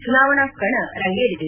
ಚುನಾವಣಾ ಕಣ ರಂಗೇರಿದೆ